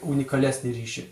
unikalesnį ryšį